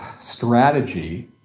strategy